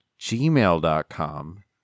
Gmail.com